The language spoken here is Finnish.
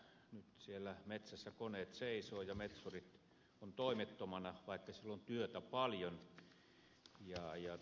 nyt siellä metsässä koneet seisovat ja metsurit ovat toimettomana vaikka siellä on työtä paljon